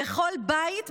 בכל בית,